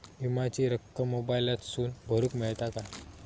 विमाची रक्कम मोबाईलातसून भरुक मेळता काय?